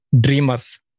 dreamers